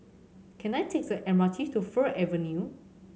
can I take the M R T to Fir Avenue